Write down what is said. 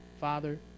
Father